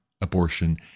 abortion